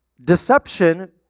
Deception